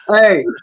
Hey